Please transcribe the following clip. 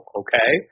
okay